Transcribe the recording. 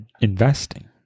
investing